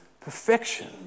perfection